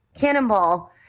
Cannonball